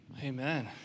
Amen